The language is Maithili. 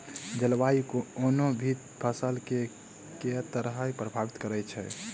जलवायु कोनो भी फसल केँ के तरहे प्रभावित करै छै?